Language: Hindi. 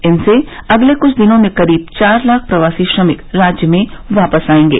इनसे अगले कुछ दिनों में करीब चार लाख प्रवासी श्रमिक राज्य में वापस आएंगे